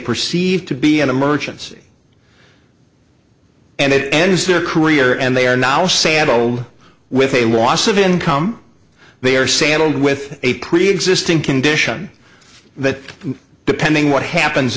perceive to be an emergency and it ends their career and they are now saddled with a wash of income they are saddled with a preexisting condition that depending what happens